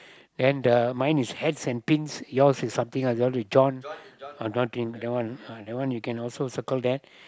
then the mine is hats and pins yours is something else yours is John oh John Pin oh that one you can also circle that